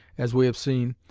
as we have seen,